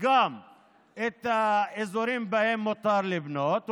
גם את האזורים שבהם מותר לבנות,